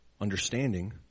understanding